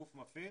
גוף מפעיל,